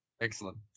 Excellent